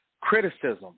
criticism